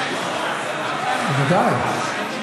בוודאי.